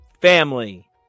family